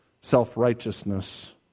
self-righteousness